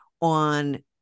on